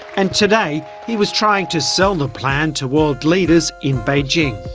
and today he was trying to sell the plan to world leaders in beijing.